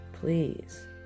please